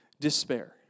despair